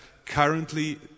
Currently